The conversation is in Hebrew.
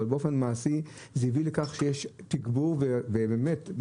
באופן מעשי זה הביא לכך שיש תגבור ואנשים